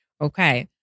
Okay